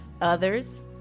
others